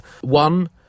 One